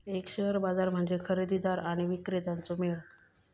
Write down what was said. एक शेअर बाजार म्हणजे खरेदीदार आणि विक्रेत्यांचो मेळ